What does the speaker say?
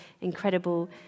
incredible